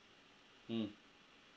mm